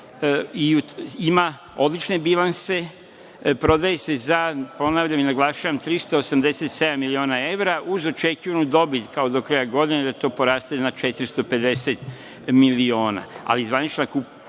ima odlične bilanse. Prodaje se za, ponavljam i naglašavam, 387 miliona evra, uz očekivanu dobit kao do kraja godine da to poraste na 450 miliona, ali zvanična